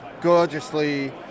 gorgeously